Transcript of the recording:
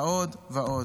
ועוד ועוד.